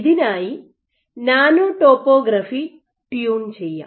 ഇതിനായി nano topography tune ചെയ്യാം